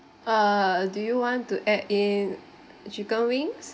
uh do you want to add in chicken wings